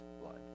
blood